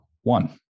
one